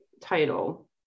title